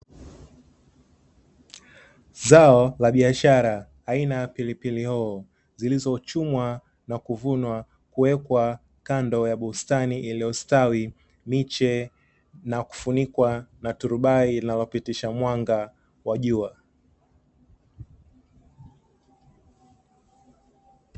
Zao la biashara aina ya pilipilihoho, zilizochumwa na kuvunwa, kuwekwa kando ya bustani iliyostawi miche na kufunikwa na turubai linalopitisha mwanga wa jua.